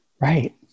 right